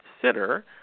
consider